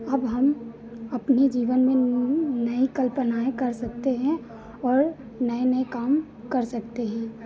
अब हम अपने जीवन में नई कल्पनाएँ कर सकते हैं और नए नए काम कर सकते हैं